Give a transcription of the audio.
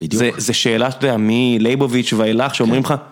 בדיוק. זה שאלה, אתה יודע, מלייבוביץ' ואילך, שאומרים לך...